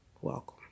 Welcome